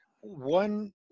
One